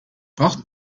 braucht